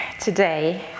today